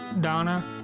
Donna